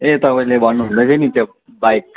ए तपाईँले भन्नुहुँदैथ्यो नि त्यो बाइक